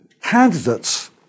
candidates